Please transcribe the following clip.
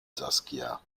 saskia